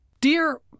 Dear